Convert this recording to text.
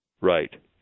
Right